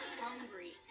hungry